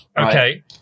okay